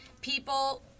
people